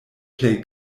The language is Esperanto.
plej